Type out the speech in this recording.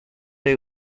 day